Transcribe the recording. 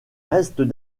restes